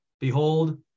behold